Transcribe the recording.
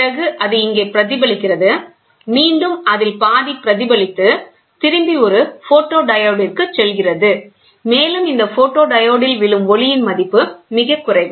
பிறகு அது இங்கே பிரதிபலிக்கிறது மீண்டும் அதில் பாதி பிரதிபலித்து திரும்பி ஒரு ஃபோட்டோடியோடிற்குச் செல்கிறது மேலும் இந்த ஃபோட்டோடியோடில் விழும் ஒளியின் மதிப்பு மிகக் குறைவு